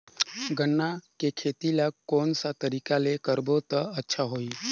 गन्ना के खेती ला कोन सा तरीका ले करबो त अच्छा होही?